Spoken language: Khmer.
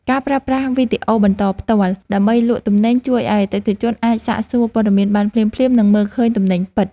ការប្រើប្រាស់វីដេអូបន្តផ្ទាល់ដើម្បីលក់ទំនិញជួយឱ្យអតិថិជនអាចសាកសួរព័ត៌មានបានភ្លាមៗ និងមើលឃើញទំនិញពិត។